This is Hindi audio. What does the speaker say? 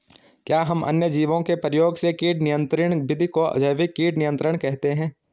क्या हम अन्य जीवों के प्रयोग से कीट नियंत्रिण विधि को जैविक कीट नियंत्रण कहते हैं?